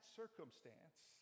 circumstance